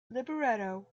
libretto